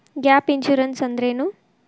Gap insurance ಅಂದ್ರೇನು?